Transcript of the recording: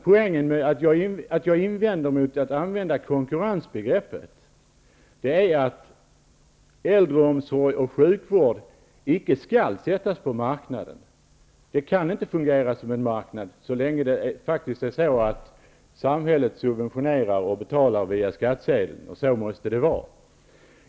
Poängen med min invändning mot att använda konkurrensbegreppet är att äldreomsorg och sjukvård icke skall ut på marknaden. Vård och omsorg kan inte fungera som en marknad så länge samhället subventionerar och betalar via skatter. Så måste det också vara.